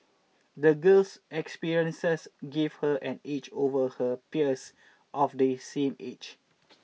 the girl's experiences gave her an edge over her peers of the same age